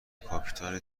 کاپیتان